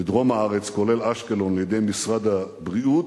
בדרום הארץ, כולל אשקלון, לידי משרד הבריאות.